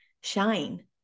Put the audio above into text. shine